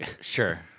Sure